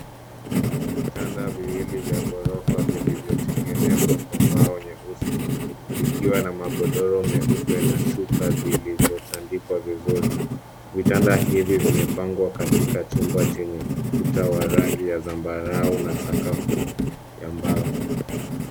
Vitanda viwili vya ghorofa vilivyo tengenezwa kwa mbao nyeusi vikiwa na magodoro meupe na shuka zilizo tandikwa vizuri . Vitanda hivi vimepangwa katika chumba chenye ukuta wa rangi ya zambarau na sakafu ya mbao.